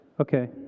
Okay